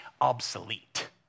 Obsolete